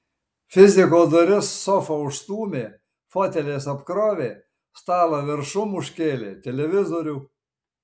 fiziko duris sofa užstūmė foteliais apkrovė stalą viršum užkėlė televizorių